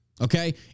Okay